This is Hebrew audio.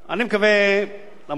אף שהתקוות הן קלושות,